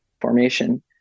formation